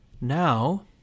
now